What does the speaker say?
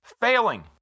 failing